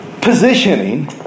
positioning